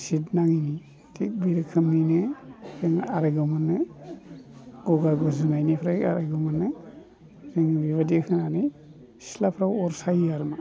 सिद नाङिनि थिख बेबायदिनो जों आराग' मोनो गगा गुजुनायनिफ्राय आरायग' मोनो गोजौआव जों बेबायदि होनानै सिथ्लाफ्राव अर सायो आरोमा